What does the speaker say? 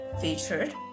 featured